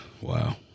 wow